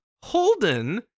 Holden